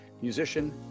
musician